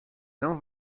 não